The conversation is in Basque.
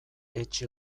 etxe